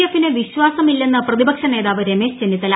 എഫിന് വിശ്വാസമില്ലെന്ന് പ്രതിപക്ഷ നേതാവ് രമേശ് ചെന്നിത്തല